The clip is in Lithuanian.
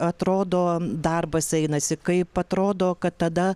atrodo darbas einasi kaip atrodo kad tada